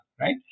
right